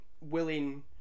willing